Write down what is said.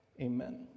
Amen